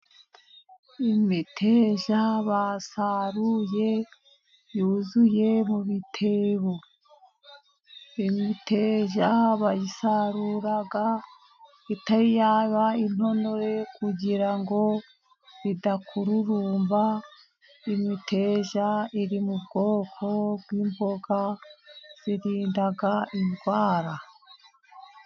Imiteja basaruye yuzuye mu bitebo. Imiteja bayisarura itari yaba intonore kugira ngo idakururumba. Imiteja iri mu bwoko bw'imboga zirinda indwara.